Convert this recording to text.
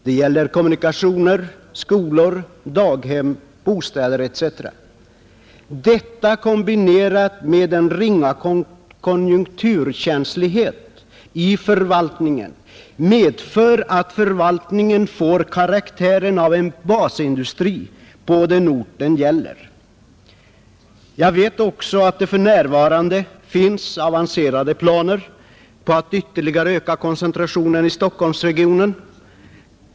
Det gäller kommunikationer, skolor, daghem, bostäder etc. Detta kombinerat med den ringa konjunkturkänsligheten i förvaltningen medför att förvaltningen får karaktären av en basindustri på den ort det gäller. Jag vet också att det för närvarande finns avancerade planer på att ytterligare öka koncentrationen i Stockholmsregionen.